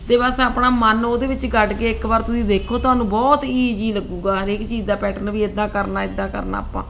ਅਤੇ ਬਸ ਆਪਣਾ ਮਨ ਉਹਦੇ ਵਿੱਚ ਗੱਢ ਕੇ ਇੱਕ ਵਾਰ ਤੁਸੀਂ ਦੇਖੋ ਤੁਹਾਨੂੰ ਬਹੁਤ ਈਜੀ ਲੱਗੇਗਾ ਹਰੇਕ ਚੀਜ਼ ਦਾ ਪੈਟਰਨ ਵੀ ਇੱਦਾਂ ਕਰਨਾ ਇੱਦਾਂ ਕਰਨਾ ਆਪਾਂ